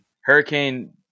Hurricane